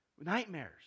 Nightmares